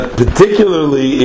particularly